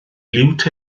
liwt